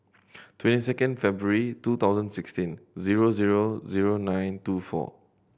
twenty second February two thousand sixteen zero zero zero nine two four